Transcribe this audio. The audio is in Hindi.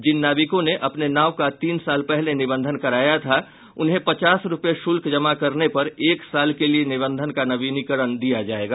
जिन नाविकों ने अपने नाव का तीन साल पहले निबंधन कराया था उन्हें पचास रूपये शुल्क जमा करने पर एक साल के लिए निबंधन का नवीनीकरण दिया जायेगा